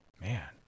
Man